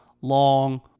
long